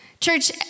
Church